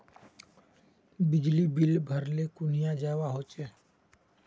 बिजली बिल भरले कुनियाँ जवा होचे?